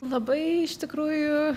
labai iš tikrųjų